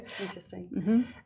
Interesting